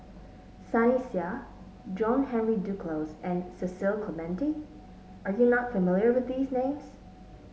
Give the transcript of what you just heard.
Sunny Sia John Henry Duclos and Cecil Clementi are you not familiar with these names